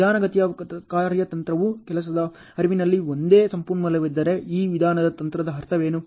ನಿಧಾನಗತಿಯ ಕಾರ್ಯತಂತ್ರವು ಕೆಲಸದ ಹರಿವಿನಲ್ಲಿ ನನಗೆ ಒಂದೇ ಸಂಪನ್ಮೂಲವಿದ್ದರೆ ಇದು ನಿಧಾನ ತಂತ್ರದ ಅರ್ಥವೇನು